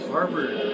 Harvard